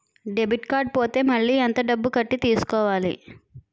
Debit card పోతే మళ్ళీ ఎంత డబ్బు కట్టి తీసుకోవాలి?